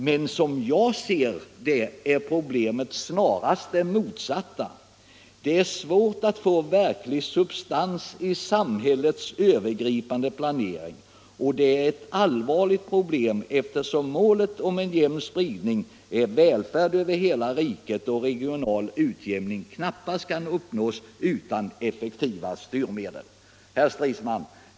Men som jag ser det är problemet snarast det motsatta. Det är svårt att få verklig substans i samhällets övergripande planering. Och det är ett allvarligt problem eftersom. målet om jämn spridning är välfärd över hela riket och regional utjämning knappast kan uppnås utan effektiva styrmedel.” Herr Stridsman!